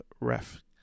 ref